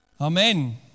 Amen